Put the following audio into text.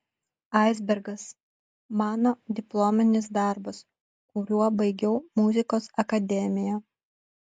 aisbergas mano diplominis darbas kuriuo baigiau muzikos akademiją